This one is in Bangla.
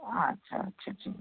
আচ্ছা আচ্ছা চ্ছা